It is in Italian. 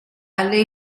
alle